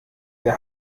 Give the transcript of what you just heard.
der